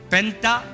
Penta